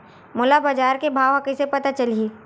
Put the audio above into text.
मोला बजार के भाव ह कइसे पता चलही?